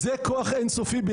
זה כוח אין סופי,